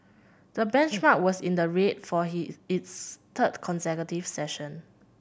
the benchmark was in the red for his its third consecutive session